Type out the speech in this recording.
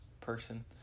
person